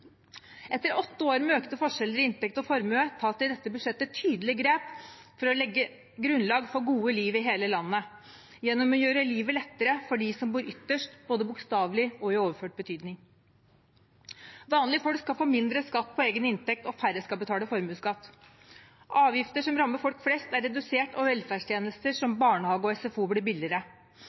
Etter åtte år med økte forskjeller i inntekt og formue tas det i dette budsjettet tydelige grep for å legge et grunnlag for gode liv i hele landet – gjennom å gjøre livet lettere for dem som bor ytterst, både bokstavelig og i overført betydning. Vanlige folk skal få mindre skatt på egen inntekt, og færre skal betale formuesskatt. Avgifter som rammer folk flest, er redusert, og velferdstjenester som barnehage og SFO blir billigere.